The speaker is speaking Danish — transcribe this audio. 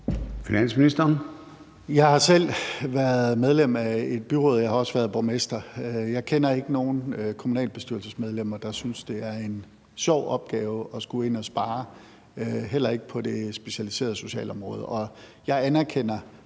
Jeg har selv været medlem af et byråd, jeg har også været borgmester, og jeg kender ikke nogen kommunalbestyrelsesmedlemmer, der synes, at det er en sjov opgave at skulle ind at spare, heller ikke på det specialiserede socialområde. Og jeg anerkender